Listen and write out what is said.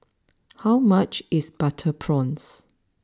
how much is Butter Prawns